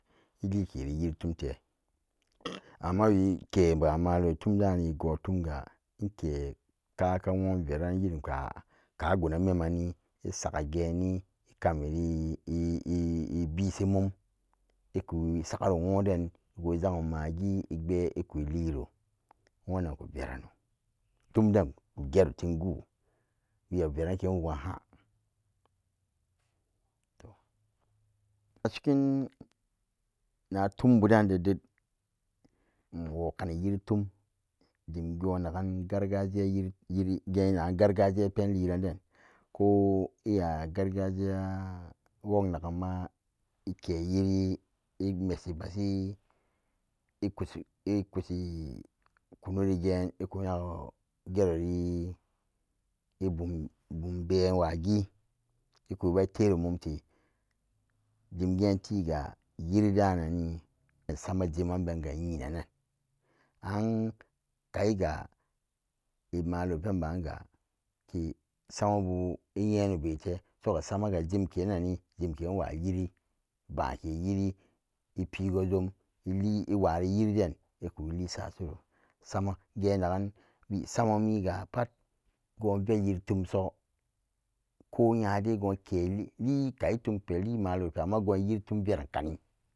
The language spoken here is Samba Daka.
Ikikeri yiri tomte amma weke kamalore tom dani ga inke kaka wonve ran iren kaka gunanmenni sagage ni inkami ibeshimum iku saga run wonden imagi igbe iko liro won den ko veranan tom den koge ro tem gu we a veran gen wo gan nha a cikin nanom bu dan de ded in wokani yiritom demagun na gun yiri genangan gargajiya penliran den koh iya gar gajiya wok nagan ma inke yiri imeshi bashi ikashi kunuri ge rani wagi ikuturo dem gen te gean yiri dananane an immalure pen ban gan iyeno bete suga sama ga ipen wayiri ban ke yiri ipego june ili iwari yeren den sam agena gan samami ga gunve yiri tomsa kona de kai ton pe kai tom veran kani